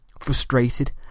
Frustrated